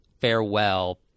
farewell